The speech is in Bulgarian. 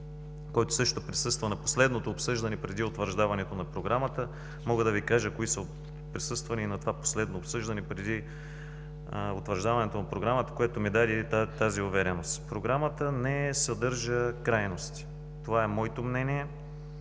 който също присъства на последното обсъждане преди утвърждаването на Програмата. Мога да Ви кажа кои са присъствали и на това последно обсъждане преди утвърждаването на Програмата, което ми даде тази увереност. Програмата не съдържа крайности. Това е моето мнение.